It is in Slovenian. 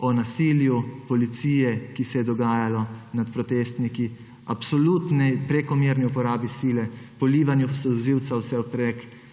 o nasilju policije, ki se je dogajalo nad protestniki, absolutni prekomerni uporabi sile, polivanju solzivca vsevprek.